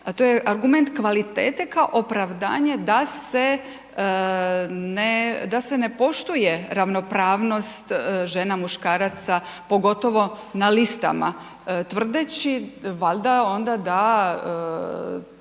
a to je argument kvalitete kao opravdanje da se ne, da se ne poštuje ravnopravnost žena, muškaraca, pogotovo na listama tvrdeći valjda onda da